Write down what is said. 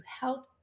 help